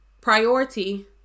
priority